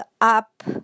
up